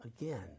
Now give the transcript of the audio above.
again